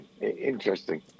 interesting